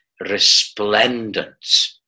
resplendent